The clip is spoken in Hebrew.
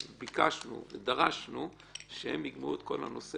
ביקשנו ודרשנו שהם יגמרו את כל הנושא